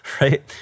right